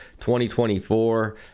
2024